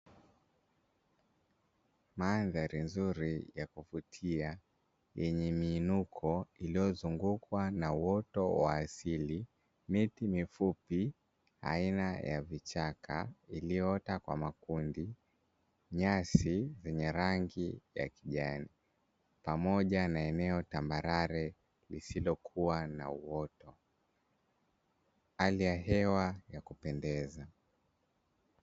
Maadhari nzuri ya kuvutia yenye miinuko iliyozungukwa na uoto wa asili, miti mifupi aina ya vichaka iiliyoota kwa makundi ,nyasi zenye rangi ya kijani, pamoja na eneo tambarare lisilo kuwa na uoto. Hali ya hewa ya kupendeza.